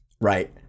Right